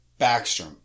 Backstrom